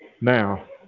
Now